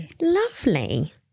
Lovely